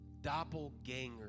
doppelganger